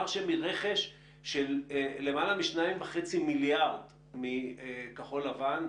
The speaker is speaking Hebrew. הוא אמר שברכש של למעלה מ-2.5 מיליארד מכחול לבן,